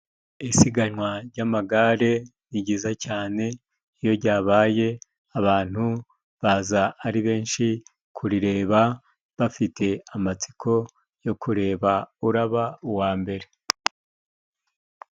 Isiganwa jy'amagare ni jyiza cyane, iyo jyabaye abantu baza ari benshi kurireba, bafite amatsiko yo kureba uraba uwa mbere.